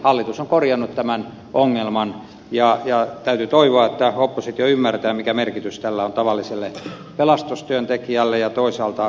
hallitus on korjannut tämän ongelman ja täytyy toivoa että oppositio ymmärtää mikä merkitys tällä on tavalliselle pelastustyöntekijälle ja toisaalta paloturvallisuudelle